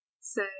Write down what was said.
say